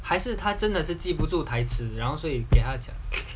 还是他真的是记不住台词然后所以给他讲